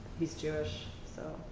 he's jewish, so.